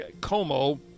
Como